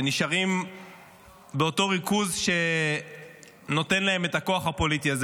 שנשארים באותו ריכוז שנותן להם את הכוח הפוליטי הזה,